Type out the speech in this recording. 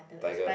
tiger